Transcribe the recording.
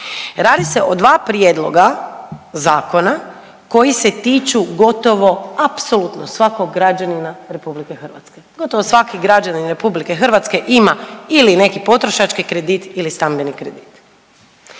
Radi se o dva prijedloga zakona koji se tiču gotovo apsolutno svakog građanina RH. Gotovo svaki građanin RH ima ili neki potrošački kredit ili stambeni kredit.